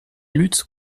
lutte